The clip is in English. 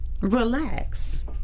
Relax